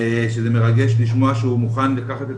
שזה מרגש לשמוע שהוא מוכן לקחת את